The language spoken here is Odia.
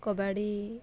କବାଡ଼ି